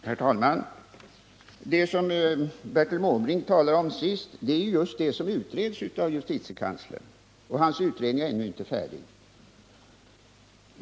Herr talman! Det som Bertil Måbrink sist talade om är just det som utreds av justitiekanslern. Hans utredning är ännu inte färdig.